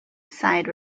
side